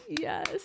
yes